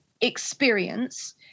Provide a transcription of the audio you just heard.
experience